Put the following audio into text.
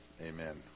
amen